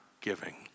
giving